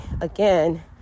again